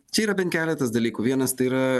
čia yra bent keletas dalykų vienas tai yra